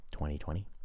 2020